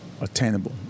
Attainable